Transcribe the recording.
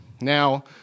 Now